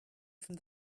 from